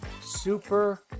super